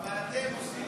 אתם עושים.